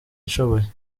nshoboye